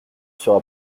sera